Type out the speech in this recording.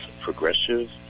progressive